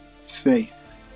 faith